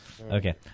Okay